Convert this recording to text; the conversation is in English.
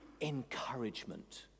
encouragement